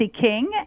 King